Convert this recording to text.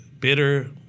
bitter